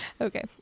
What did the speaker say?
Okay